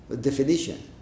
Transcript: definition